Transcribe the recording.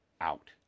Out